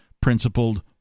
principled